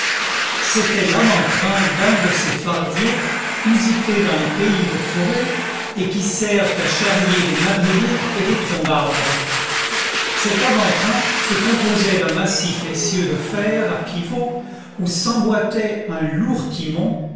c'était l'avant-train d'un de ces fardiers usités dans les pays de forêts et qui servent à charrier des madriers et des troncs d'arbres cet avant train se composait d'un massif essieu de fer à pivot où s'emboîtait un lourd timon